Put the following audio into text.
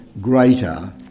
greater